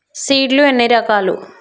Seed లు ఎన్ని రకాలు?